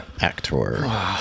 actor